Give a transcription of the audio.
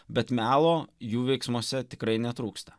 bet melo jų veiksmuose tikrai netrūksta